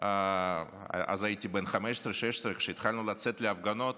הייתי אז בן 15, 16, כשהתחלנו לצאת להפגנות